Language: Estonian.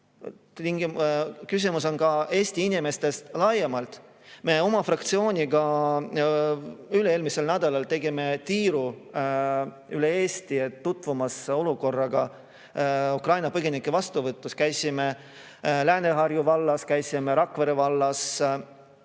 küsimus on ka Eesti inimestes laiemalt. Me oma fraktsiooniga üle-eelmisel nädalal tegime tiiru üle Eesti, et tutvuda olukorraga Ukraina põgenike vastuvõtus. Käisime Lääne-Harju vallas, käisime Rakvere vallas,